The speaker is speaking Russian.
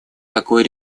такой